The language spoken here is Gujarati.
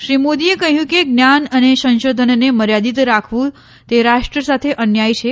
શ્રી મોદીએ કહ્યું કે જ્ઞાન અને સંશોધનને મર્યાદિત રાખવું તે રાષ્ટ્ સાથે અન્યાય છે